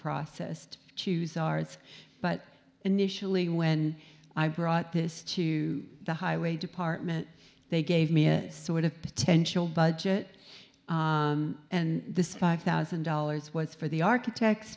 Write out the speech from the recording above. processed choose arts but initially when i brought this to the highway department they gave me this sort of potential budget and this is five thousand dollars once for the architect